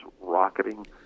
rocketing